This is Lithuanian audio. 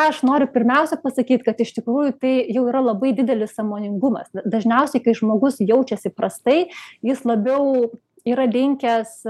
aš noriu pirmiausia pasakyti kad iš tikrųjų tai jau yra labai didelis sąmoningumas dažniausiai kai žmogus jaučiasi prastai jis labiau yra linkęs